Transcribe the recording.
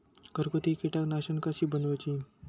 घरगुती कीटकनाशका कशी बनवूची?